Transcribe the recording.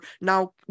now